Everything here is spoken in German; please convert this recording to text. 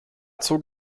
zog